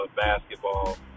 basketball